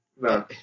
No